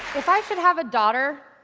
if i should have a daughter,